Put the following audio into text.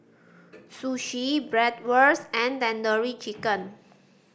Sushi Bratwurst and Tandoori Chicken